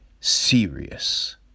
Serious